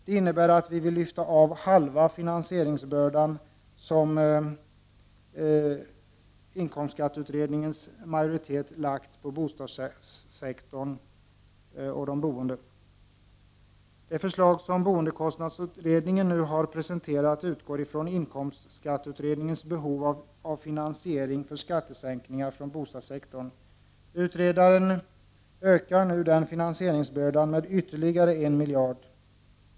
Det innebär att vi vill lyfta av hälften av den finansieringsbörda som inkomstskatteberedningens majoritet har lagt på bostadssektorn och de boende. Det förslag som boendekostnadsutredningen nu har presenterat utgår ifrån det behov av finansiering av skattesänkningar inom bostadssektorn som redovisas i inkomstskatteutredningens beräkningar. Utredaren ökar nu den finansieringsbördan med ytterligare 1 miljard.